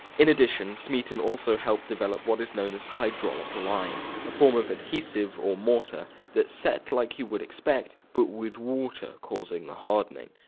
in addition smeaton also helped develop what is known as hydraulic lime, a form of adhesive or mortar that set like you would expect, but with water causing the hardening.